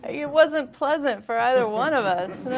it wasn't pleasant for either one of us.